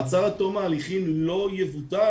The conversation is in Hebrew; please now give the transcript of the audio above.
מעצר עד תום ההליכים לא יבוטל,